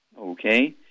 Okay